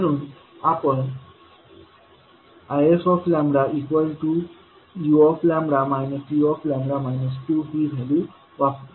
म्हणून आपण isu uλ 2 ही व्हॅल्यू वापरू